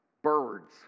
birds